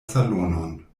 salonon